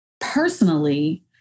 personally